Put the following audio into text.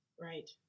right